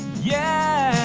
yeah.